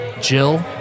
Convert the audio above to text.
Jill